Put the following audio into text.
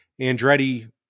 Andretti